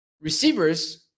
receivers